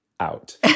Out